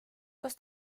kas